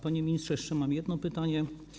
Panie ministrze, jeszcze mam jedno pytanie.